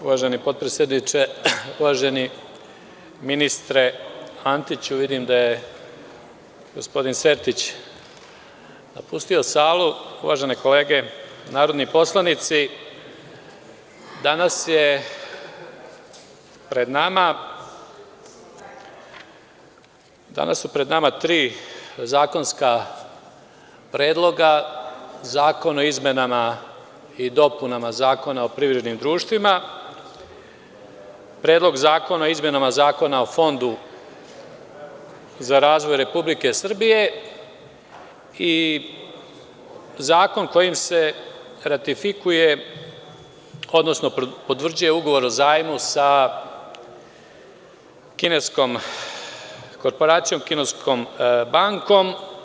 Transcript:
Uvaženi potpredsedniče, uvaženi potpredsedniče, uvaženi ministre Antiću, vidim da je gospodin Sertić napustio salu, uvažene kolege narodni poslanici, danas su pred nama tri zakonska predloga, Zakon o izmenama i dopunama Zakona o privrednim društvima, Predlog zakona o izmenama Zakona o Fondu za razvoj Republike Srbije i zakon kojim se ratifikuje, odnosno potvrđuje ugovor o zajmu sa kineskom korporacijom, kineskom bankom.